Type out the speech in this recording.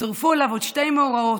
צורפו אליו עוד שני מאורעות